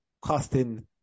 costing